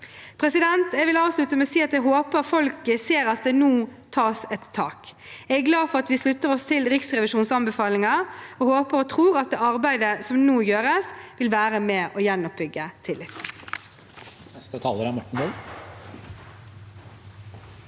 kommer. Jeg vil avslutte med å si at jeg håper folk ser at det nå tas tak. Jeg er glad for at vi slutter oss til Riksrevisjonens anbefalinger, og håper og tror at det arbeidet som nå gjøres, vil være med på å gjenoppbygge tillit.